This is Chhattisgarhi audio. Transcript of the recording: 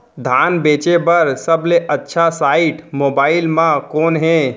धान बेचे बर सबले अच्छा साइट मोबाइल म कोन हे?